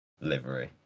livery